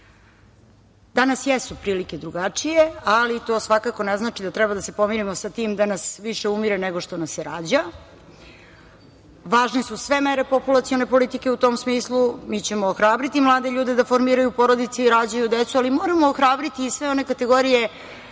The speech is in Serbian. deca. Danas jesu prilike drugačije, ali to svakako ne znači da treba da se pomirimo sa tim da nas više umire nego što nas se rađa. Važne su sve mere populacione politike u tom smislu. Mi ćemo ohrabriti mlade ljude da formiraju porodice i rađaju decu, ali moramo ohrabriti i sve one kategorije